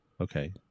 okay